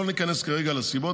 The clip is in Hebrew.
אנחנו לא ניכנס כרגע לסיבות,